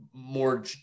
more